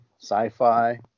sci-fi